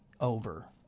over